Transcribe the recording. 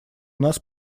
нас